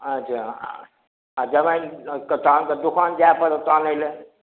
अच्छा जमाइन तहन तऽ दोकान जाय पड़त तहन अनयले